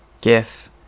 gif